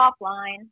offline